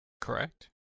Correct